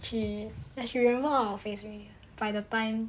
she she remembers our face already by the time